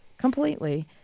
Completely